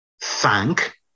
thank